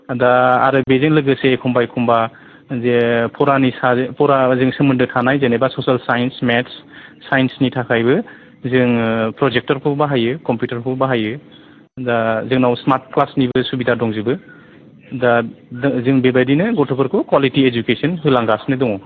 दा आरो बेजों लोगोसे एखमबा एखमबा जे पुरानि सा पुरानाजों सोमोन्दो थानाय जेनबा ससियेल सायनस मेथस सायनसनि थाखायबो जोङो प्रजेक्तरखौ बाहायो कम्पिउटारखौ बाहायो दा जोंनाव सिमार्ट क्लासनिबो सुबिदा दंजोबो दा जों बे बायदिनो गथ'फोरखौ कवालिथि इदुकेसन होलांगासिनो दङ